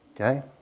Okay